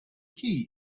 key